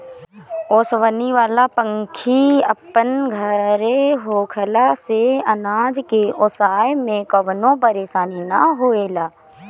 ओसवनी वाला पंखी अपन घरे होखला से अनाज के ओसाए में कवनो परेशानी ना होएला